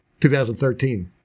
2013